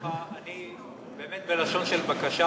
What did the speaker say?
באמת בלשון של בקשה,